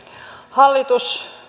hallitus